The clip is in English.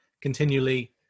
continually